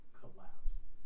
collapsed